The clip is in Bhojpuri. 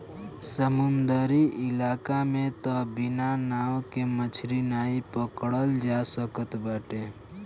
समुंदरी इलाका में तअ बिना नाव के मछरी नाइ पकड़ल जा सकत बाटे